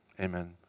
Amen